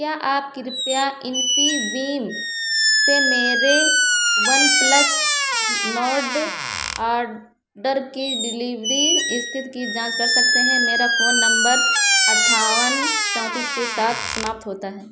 क्या आप कृपया इन्फीबीम से मेरे वनप्लस नोर्ड ऑर्डर की डिलीवरी स्थिति की जांच कर सकते हैं मेरा फ़ोन नम्बर अट्ठावन चौंतीस के साथ समाप्त होता है